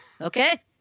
Okay